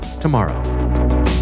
tomorrow